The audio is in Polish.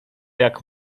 jak